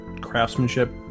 craftsmanship